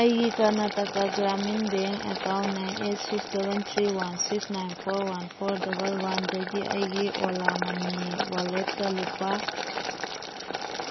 ꯑꯩꯒꯤ Karnataka Gramin bank account nine eight six double three one six nine four one double ꯋꯥꯟꯗꯒꯤ ꯑꯩꯒꯤ Ola money ꯋꯥꯂꯦꯠꯇ ꯂꯨꯄꯥ